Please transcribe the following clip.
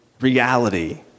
reality